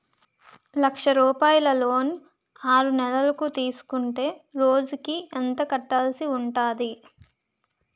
లక్ష రూపాయలు లోన్ ఆరునెలల కు తీసుకుంటే రోజుకి ఎంత కట్టాల్సి ఉంటాది?